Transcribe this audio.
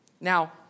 Now